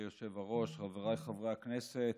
חברי היושב-ראש, חבריי חברי הכנסת,